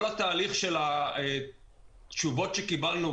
כל התהליך של התשובות שקיבלנו,